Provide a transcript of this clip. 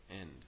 end